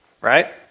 Right